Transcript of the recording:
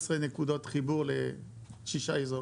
15 נקודות חיבור לששה אזורים.